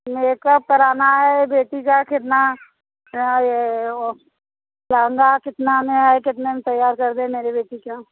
makeup कराना है बेटी का कितना लहँगा कितना में है कितना में तैयार कर दे मेरी बेटी का